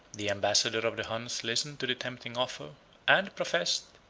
the ambassador of the huns listened to the tempting offer and professed,